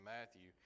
Matthew